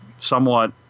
somewhat